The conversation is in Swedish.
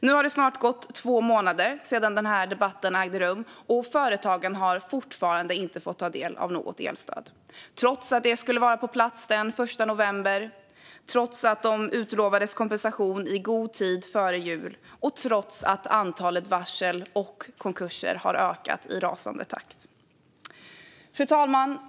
Nu har det snart gått två månader sedan debatten ägde rum. Företagen har fortfarande inte fått ta del av något elstöd trots att det skulle vara på plats den 1 november, trots att de utlovades kompensation i god tid före jul och trots att antalet varsel och konkurser har ökat i rasande takt. Fru talman!